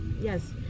yes